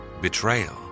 betrayal